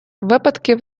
випадків